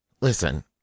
Listen